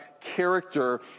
character